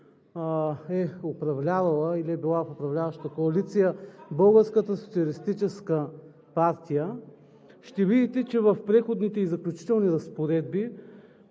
е управлявала или е била в управляваща коалиция Българската социалистическа партия, ще видите, че в Преходните и заключителните разпоредби